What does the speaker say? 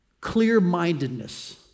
Clear-mindedness